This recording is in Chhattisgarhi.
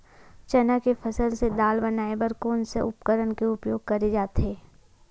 चना के फसल से दाल बनाये बर कोन से उपकरण के उपयोग करे जाथे?